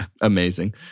Amazing